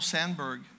Sandberg